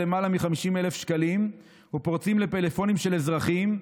למעלה מ-50,000 שקלים ופורצים לפלאפונים של אזרחים,